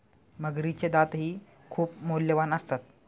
मगरीचे दातही खूप मौल्यवान असतात